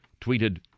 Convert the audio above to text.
tweeted